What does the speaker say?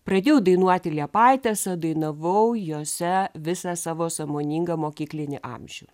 pradėjau dainuoti liepaitėse dainavau jose visą savo sąmoningą mokyklinį amžių